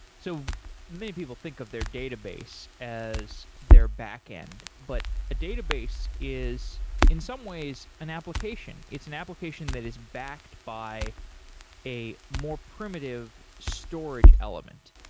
so many people think of their database as their backend, but a database is in some ways an application. it's an application that is backed by a more primitive storage element.